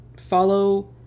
follow